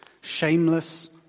Shameless